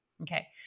Okay